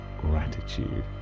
gratitude